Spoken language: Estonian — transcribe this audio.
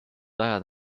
ajad